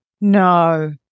No